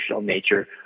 nature